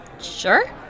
sure